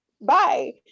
bye